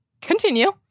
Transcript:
Continue